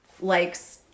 likes